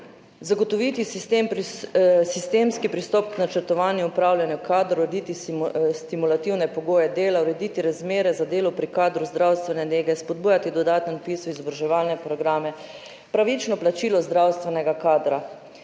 zagotoviti sistemski pristop k načrtovanju in upravljanju kadrov, urediti stimulativne pogoje dela, urediti razmere za delo pri kadru zdravstvene nege, spodbujati dodaten vpis v izobraževalne programe, pravično plačilo zdravstvenega kadra.